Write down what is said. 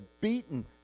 beaten